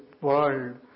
world